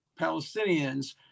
Palestinians